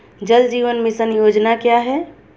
जल जीवन मिशन योजना क्या है?